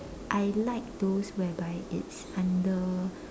I like those whereby it's under